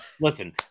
Listen